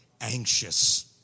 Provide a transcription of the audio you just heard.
anxious